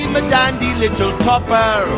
um and diligent popeye.